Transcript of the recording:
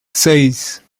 seis